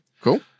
cool